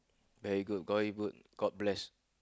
there you good got it good god bless